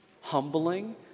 humbling